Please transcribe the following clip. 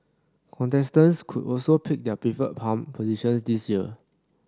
contestants could also pick their preferred palm positions this year